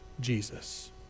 Jesus